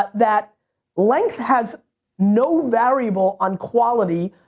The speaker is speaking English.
but that length has no variable on quality.